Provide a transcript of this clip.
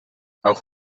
auch